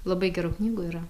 labai gerų knygų yra